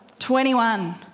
21